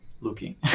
looking